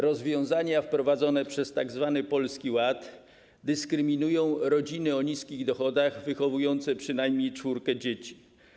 Rozwiązania wprowadzone przez tzw. Polski Ład dyskryminują rodziny o niskich dochodach wychowujące przynajmniej czwórkę dzieci.